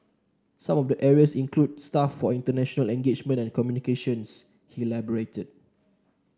some of the areas include staff for international engagement and communications he elaborated